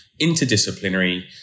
interdisciplinary